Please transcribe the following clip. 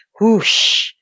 whoosh